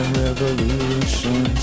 revolution